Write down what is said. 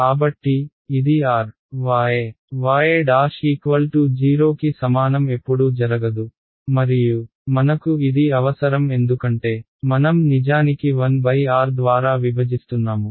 కాబట్టి ఇది r y y' 0 కి సమానం ఎప్పుడూ జరగదు మరియు మనకు ఇది అవసరం ఎందుకంటే మనం నిజానికి 1r ద్వారా విభజిస్తున్నాము